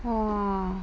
!whoa!